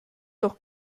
doch